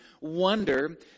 wonder